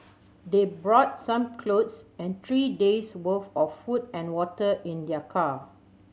they brought some clothes and three days' worth of food and water in their car